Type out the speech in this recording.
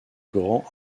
grand